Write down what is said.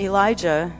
Elijah